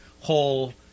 whole